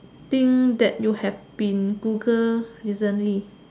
thing that you have been Google recently